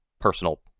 personal